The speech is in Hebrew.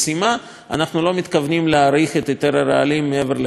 אנחנו לא מתכוונים להאריך את היתר הרעלים מעבר לחודש מרס.